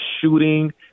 shooting